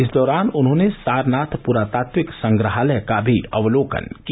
इस दौरान उन्होंने सारनाथ पुरातात्विक संग्रहालय का भी अवलोकन किया